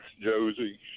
Josie